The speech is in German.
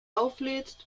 auflädst